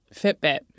Fitbit